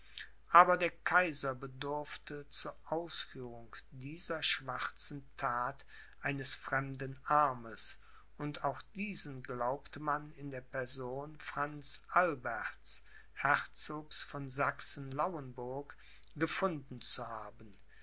aber der kaiser bedurfte zu ausführung dieser schwarzen that eines fremden armes und auch diesen glaubte man in der person franz alberts herzogs von sachsen lauenburg gefunden zu haben